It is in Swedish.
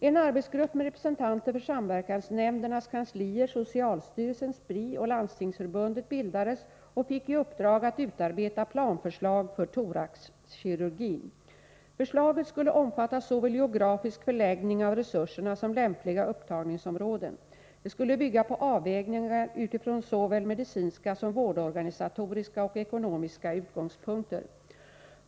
En arbetsgrupp med representanter för samverkansnämndernas kanslier, socialstyrelsen, Spri och Landstingsförbundet bildades och fick i uppdrag att utarbeta planförslag för thoraxkirurgin. Förslaget skulle omfatta såväl geografisk förläggning av resurserna som lämpliga upptagningsområden. Det skulle bygga på avvägningar utifrån såväl medicinska som vårdorganisatoriska och ekonomiska utgångspunkter.